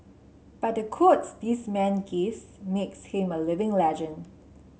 but the quotes this man gives makes him a living legend